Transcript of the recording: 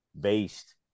based